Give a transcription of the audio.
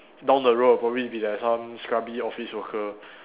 down the road I'll probably be like some scrubby office worker